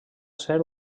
ser